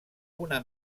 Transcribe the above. una